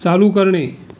चालू करणे